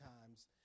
times